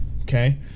Okay